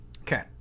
Okay